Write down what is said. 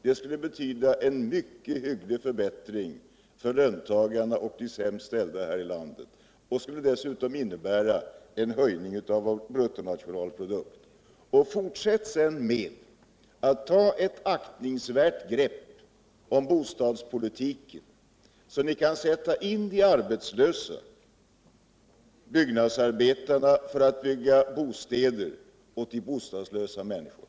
Det skulle betyda en hygglig förbättring för löntagarna och de sämst ställda i landet. Det skulle dessutom innebära en höjning av BNP. Fortsätt sedan med att ta ett aktningsvärt grepp om bostadspolitiken. så att ni kan sätta in de arbetslösa byggnadsarbetarna till att bygga bostäder åt de bostadslösa människorna.